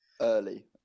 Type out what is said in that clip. Early